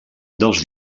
dels